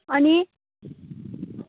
अनि